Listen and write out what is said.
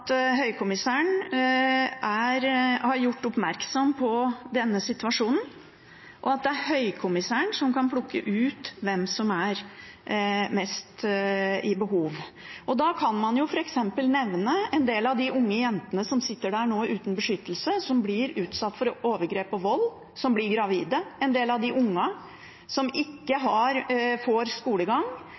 høykommissæren har gjort oppmerksom på denne situasjonen, og at det er høykommissæren som kan plukke ut hvem som er mest i behov. Da kan man f.eks. nevne en del av de unge jentene som sitter der nå uten beskyttelse, som blir utsatt for overgrep og vold, som blir gravide, en del av de ungene som ikke får skolegang,